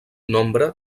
nombre